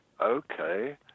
okay